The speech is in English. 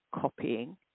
copying